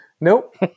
Nope